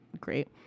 great